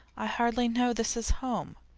i hardly know this is home.